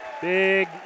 Big